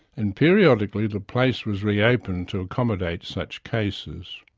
and periodically the place was reopened to accommodate such cases.